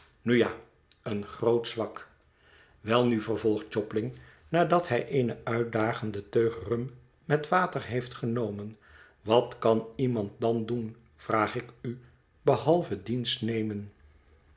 ja een groot zwak welnu vervolgt jobling nadat hij eene uitdagende teug rum met water heeft genomen wat kan iemand dan doen vraag ik u behalve dienst nemen